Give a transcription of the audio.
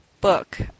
book